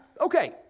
okay